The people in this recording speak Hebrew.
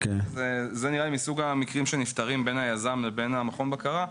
וזה נראה לי מסוג המקרים שנפתרים בין היזם לבין מכון הבקרה,